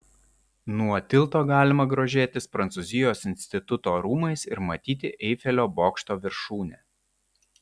nuo tilto galima grožėtis prancūzijos instituto rūmais ir matyti eifelio bokšto viršūnę